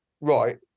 right